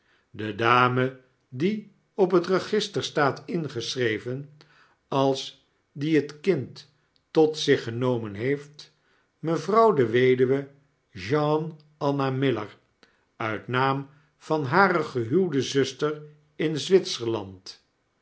de dame die op het register staat ingeschreven als die het kind tot zich genomen heeft mevrouw de weduwe jeaneanna miller uit naam van hare gehuwde zuster in